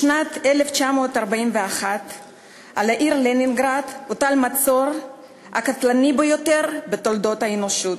בשנת 1941 הוטל על העיר לנינגרד המצור הקטלני ביותר בתולדות האנושות.